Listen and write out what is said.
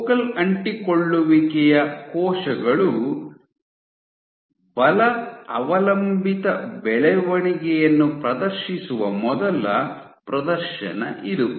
focal ಅಂಟಿಕೊಳ್ಳುವಿಕೆಯ ಕೋಶಗಳು ಬಲ ಅವಲಂಬಿತ ಬೆಳವಣಿಗೆಯನ್ನು ಪ್ರದರ್ಶಿಸುವ ಮೊದಲ ಪ್ರದರ್ಶನ ಇದು